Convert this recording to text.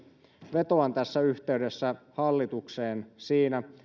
vetoan tässä yhteydessä hallitukseen siinä